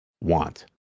want